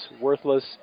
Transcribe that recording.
worthless